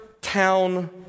town